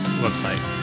Website